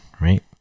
right